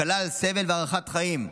הקלה על סבל והארכת חיים.